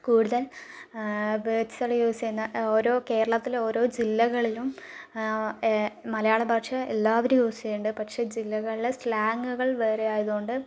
കൂടുതൽ വേർഡ്സ് ഒക്കെ യൂസ് ചെയ്യുന്ന ഓരോ കേരളത്തിൽ ഓരോ ജില്ലകളിലും മലയാളഭാഷ എല്ലാവരും യൂസ് ചെയ്യേണ്ട പക്ഷെ ജില്ലകളിലെ സ്ലാങ്ങുകൾ വേറെ ആയത് കൊണ്ട്